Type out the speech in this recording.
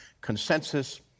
consensus